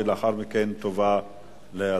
ולאחר מכן היא תובא להצבעה.